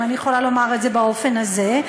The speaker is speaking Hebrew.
אם אני יכולה לומר את זה באופן הזה,